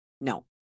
No